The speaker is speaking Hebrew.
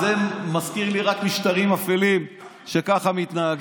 זה מזכיר רק משטרים אפלים שככה מתנהגים.